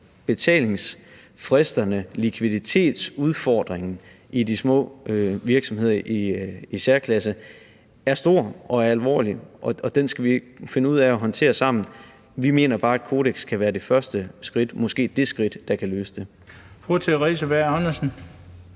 analyse af, at likviditetsudfordringen i de små virksomheder i særklasse er stor og alvorlig, og den skal vi finde ud af at håndtere sammen. Vi mener bare, at kodeks kan være det første skridt – måske det skridt, der kan løse det. Kl. 18:18 Den fg. formand